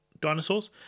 dinosaurs